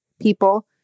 people